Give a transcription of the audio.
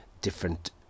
different